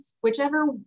whichever